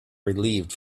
relieved